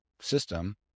system